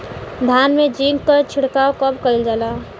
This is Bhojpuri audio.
धान में जिंक क छिड़काव कब कइल जाला?